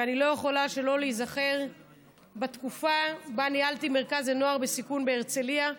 ואני לא יכולה שלא להיזכר בתקופה שבה ניהלתי מרכז לנוער בסיכון בהרצליה.